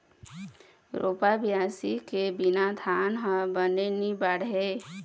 रोपा, बियासी के बिना धान ह बने नी बाढ़य